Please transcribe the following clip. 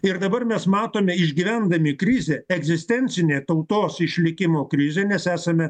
ir dabar mes matome išgyvendami krizę egzistencinė tautos išlikimo krizė nes esame